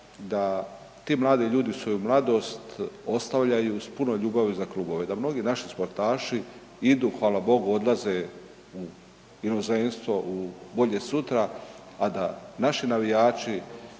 da ti mladi ljudi svoju mladost ostavljaju s puno ljubavi za klubove, da mnogi naši sportaši idu, hvala Bogu, odlaze u inozemstvo, u bolje sutra, a da naši navijači